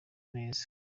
neza